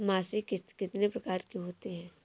मासिक किश्त कितने प्रकार की होती है?